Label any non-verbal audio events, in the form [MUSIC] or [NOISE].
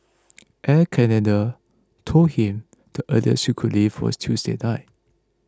[NOISE] Air Canada told him the earliest he could leave was Tuesday night